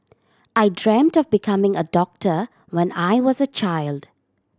I dreamt of becoming a doctor when I was a child